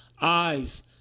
eyes